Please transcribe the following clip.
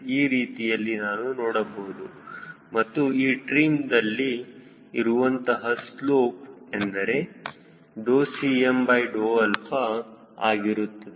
ಈ ರೀತಿಯಲ್ಲಿ ನಾನು ನೋಡಬಹುದು ಮತ್ತು ಈ ಟ್ರಿಮ್ದಲ್ಲಿ ಇರುವಂತಹ ಸ್ಲೋಪ್ ಎಂದರೆ Cm ಆಗಿರುತ್ತದೆ